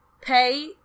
pay